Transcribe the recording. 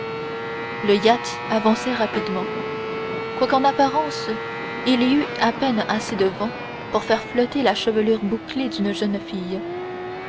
le yacht avançait rapidement quoique en apparence il y eût à peine assez de vent pour faire flotter la chevelure bouclée d'une jeune fille